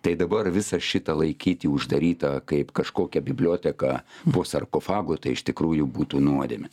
tai dabar visą šitą laikyti uždarytą kaip kažkokią biblioteką po sarkofagu tai iš tikrųjų būtų nuodėmė